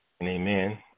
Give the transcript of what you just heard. amen